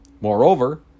Moreover